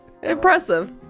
Impressive